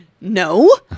No